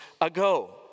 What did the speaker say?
ago